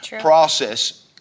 process